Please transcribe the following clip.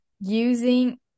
using